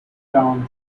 down